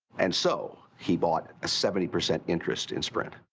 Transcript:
and so he bought a seventy percent interest in sprint.